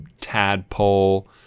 tadpole